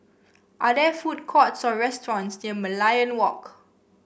are there food courts or restaurants near Merlion Walk